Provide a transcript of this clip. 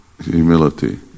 humility